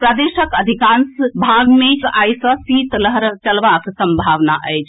प्रदेशक अधिकांश भाग मे आइ सॅ शीतलहर चलबाक संभावना अछि